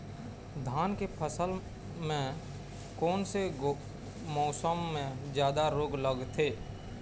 धान के फसल मे कोन से मौसम मे जादा रोग लगथे?